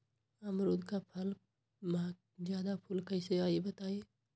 अमरुद क फल म जादा फूल कईसे आई बताई?